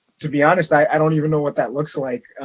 to be honest, i don't even know what that looks like.